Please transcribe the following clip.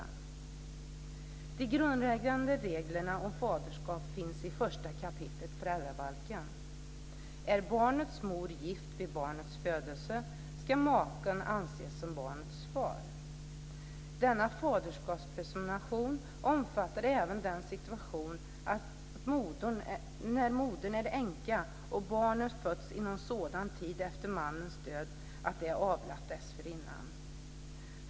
Är barnets mor gift vid barnets födelse ska maken anses som barnets far. Denna faderskapspresumtion omfattar även den situation att modern är änka och barnet fötts inom sådan tid efter mannens död att det kan vara avlat dessförinnan.